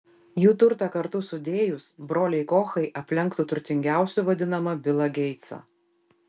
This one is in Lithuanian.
jų turtą kartu sudėjus broliai kochai aplenktų turtingiausiu vadinamą bilą geitsą